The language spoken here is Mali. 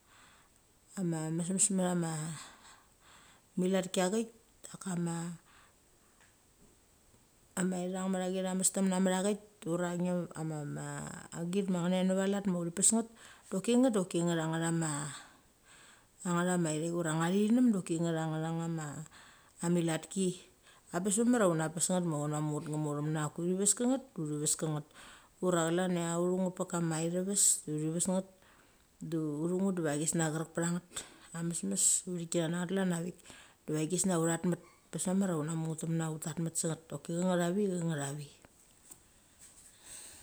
Ama mesmes matha ma milat ki haik da kama ithang amastemne mecha haik ura git ma agit ma nget nave lat ma uthi pes nget doki nget doki nget ngama ma, ngathama ithaik ura nga thinum doki ngeth angatha ngatha ma amilatki. Abes mamar una pes nget ma una munget ngamotham na. Oki uthi ves kanget doki uthi ves kanget. Ura chalan ia uthu nget pakama ithaves do uthi ves nget. Da uthu nget diva gisnia cherek pechang nget. Ames mes uthik china na nget klanna vik, diva gisnia utha chat met bes mamar una mungnet temne ut tat senget choki cheng nget avi doki cheng nget avi.